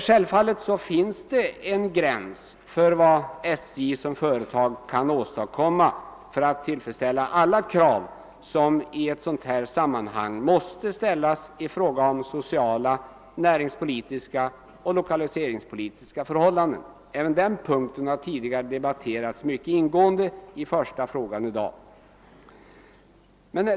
Självfallet finns det en gräns för vad SJ som företag kan åstadkomma för att tillfredsställa alla krav som i ett sådant här sammanhang måste ställas i fråga om sociala, näringspolitiska och lokaliseringspolitiska förhållanden. Även den punkten har tidigare debatterats mycket ingående i dagens första ärende.